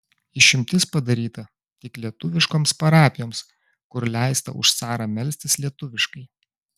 išimtis padaryta tik lietuviškoms parapijoms kur leista už carą melstis lietuviškai